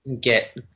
get